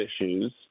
issues